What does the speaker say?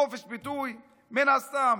חופש ביטוי, מן הסתם.